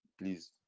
please